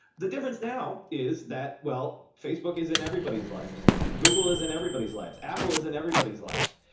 the difference now is that well, facebook is in everybody's lives, google is in everybody's lives, apple is in everybody's lives.